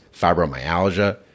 fibromyalgia